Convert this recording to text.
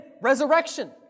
Resurrection